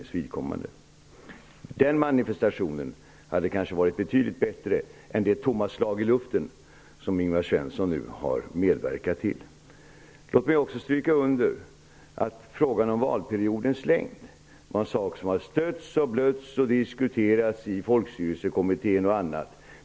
En sådan manifestation hade kanske varit betydligt bättre än det tomma slag i luften som Ingvar Svensson nu har medverkat till. Låt mig också stryka under att frågan om valperiodens längd har stötts och blötts i Folkstyrelsekommittén och i andra sammanhang.